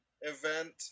event